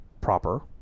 proper